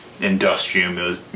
industrial